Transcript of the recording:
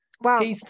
Wow